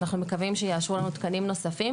אנחנו מקווים שיאשרו לנו תקנים נוספים.